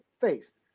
faced